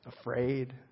afraid